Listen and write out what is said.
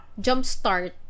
jumpstart